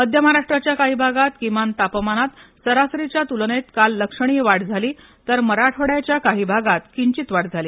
मध्य महाराष्ट्राच्या काही भागात किमान तापमानात सरासरीच्या तुलनेत काल लक्षणीय वाढ झाली तर मराठवाड्याच्या काही भागात किंचित वाढ झाली